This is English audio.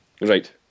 Right